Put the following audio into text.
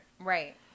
Right